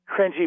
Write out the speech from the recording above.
cringy